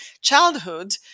childhood